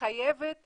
מחייבת